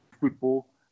football